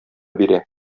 бирә